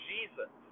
Jesus